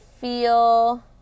feel